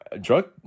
Drug